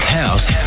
house